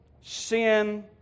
sin